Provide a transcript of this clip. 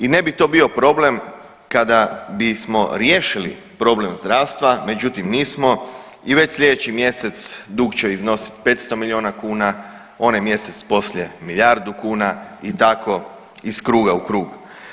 I ne bi to bio problem kada bismo riješili problem zdravstva, međutim nismo i već sljedeći mjesec dug će iznositi 500 milijuna kuna, onaj mjesec poslije milijardu kuna i tako iz kruga u krug.